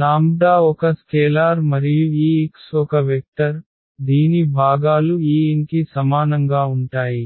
lambda ఒక scalar మరియు ఈ x ఒక వెక్టర్ దీని భాగాలు ఈ n కి సమానంగా ఉంటాయి